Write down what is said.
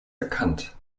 erkannt